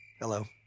Hello